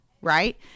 right